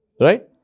Right